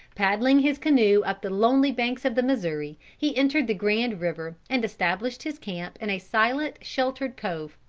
paddling his canoe up the lonely banks of the missouri, he entered the grand river, and established his camp in a silent sheltered cove,